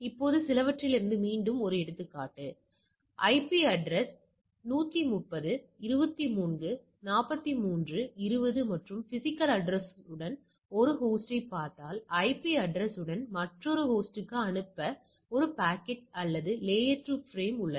இப்போது மீண்டும் ஒரு எடுத்துக்காட்டு குறிப்பு நேரம் 1706 ஐபி அட்ரஸ் 130 23 43 20 மற்றும் பிசிகல் அட்ரஸ் உடன் ஒரு ஹோஸ்டைப் பார்த்தால் ஐபி அட்ரஸ் உடன் மற்றொரு ஹோஸ்டுக்கு அனுப்ப ஒரு பாக்கெட் அல்லது லேயர்2 ஃபிரேம் உள்ளது